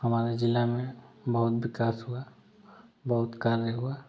हमारे ज़िला में बहुत विकास हुआ बहुत कार्य हुआ